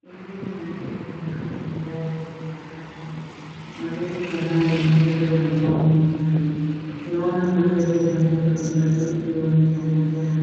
Eneo la ndani la duka la magari ya kifahari. Magari kadhaa ya michezo yamepangwa kwa ustadi. Tunaona magari ya rangi mbalimbali ikiwa ni pamoja na